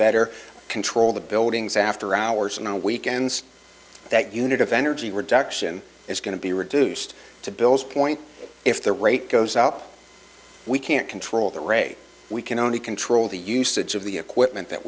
better control the buildings after hours and on weekends that unit offender g reduction is going to be reduced to bill's point if the rate goes up we can't control the rate we can only control the usage of the equipment that